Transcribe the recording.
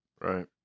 Right